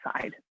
side